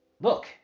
Look